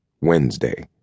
Wednesday